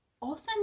often